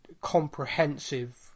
comprehensive